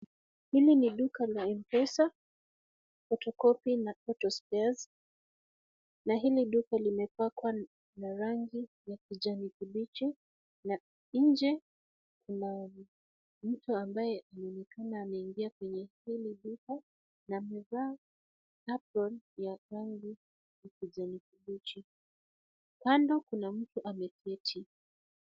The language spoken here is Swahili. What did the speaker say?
Hili ni duka la M-Pesa, photocopy , na autospares . Na hili duka limepakwa na rangi ya kijani kibichi. Na nje, kuna mtu ambaye anaonekana ameingia kwenye hili duka na amevaa apron ya rangi ya kijani kibichi. Kando kuna mtu ameketi.